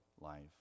life